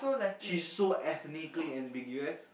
she's so ethnically ambiguous